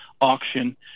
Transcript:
auction